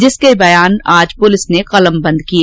जिसके बयान आज पुलिस ने कलमबंद किए